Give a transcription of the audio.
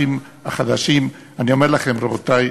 חברי הכנסת החדשים, אומר לכם, רבותי: